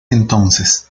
entonces